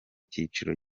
cyiciro